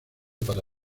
para